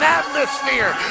atmosphere